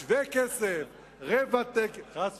שווה כסף, רבע תקן, חס וחלילה,